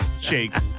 Shakes